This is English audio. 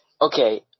Okay